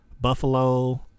Buffalo